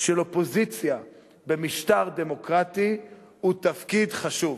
של אופוזיציה במשטר דמוקרטי הוא תפקיד חשוב,